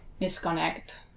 disconnect